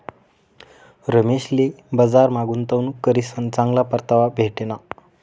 रमेशले बजारमा गुंतवणूक करीसन चांगला परतावा भेटना